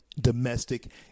domestic